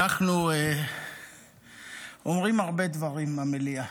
אנחנו אומרים הרבה דברים במליאה.